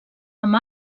amb